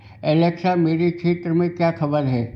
Alexa मेरे क्षेत्र में क्या खबर है